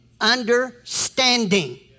understanding